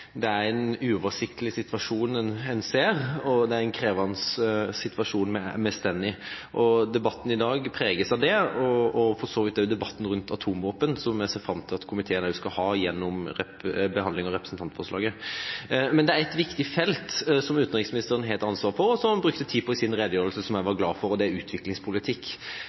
Det er en uoversiktlig situasjon en ser, og det er en krevende situasjon vi står i. Debatten i dag preges av det – og for så vidt også debatten om atomvåpen, som vi ser fram til at komiteen skal ha i forbindelse med behandling av representantforslaget. Det er et viktig felt som utenriksministeren har ansvar for, og som jeg er glad for at han brukte tid på i sin redegjørelse. Det er utviklingspolitikk. Der skjer det